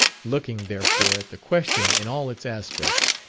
looking, therefore, at the question in all its aspects,